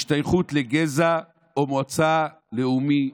השתייכות לגזע או מוצא לאומי-אתני.